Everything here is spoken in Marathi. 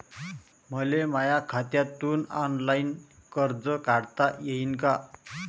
मले माया खात्यातून ऑनलाईन कर्ज काढता येईन का?